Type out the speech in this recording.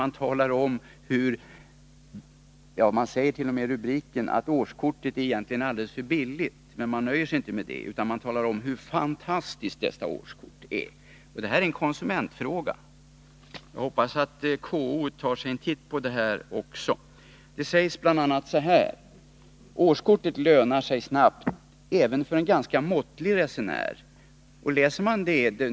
I rubriken säger man att årskortet egentligen är alldeles för billigt, och sedan fortsätter man med att tala om hur fantastiskt detta kort är. Jag hoppas att KO tar sig en titt på den här marknadsföringen, för detta är verkligen en konsumentfråga. Låt mig återge något av vad som sägs i det här trycket.